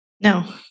No